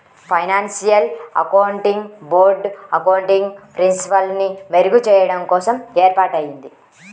financial accounting board accounting ప్రిన్సిపల్స్ని మెరుగుచెయ్యడం కోసం ఏర్పాటయ్యింది